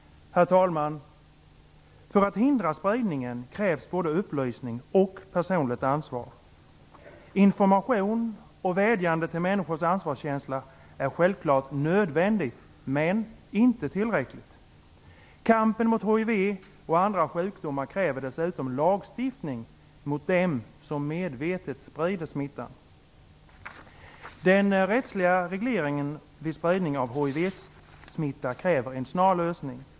Herr talman! För att hindra spridningen krävs både upplysning och personligt ansvar. Information och vädjande till människors ansvarskänsla är självfallet nödvändigt, men inte tillräckligt. Kampen mot hiv och andra sjukdomar kräver dessutom lagstiftning mot dem som medvetet sprider smittan. Den rättsliga regleringen vid spridning av hivsmitta kräver en snar lösning.